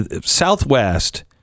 Southwest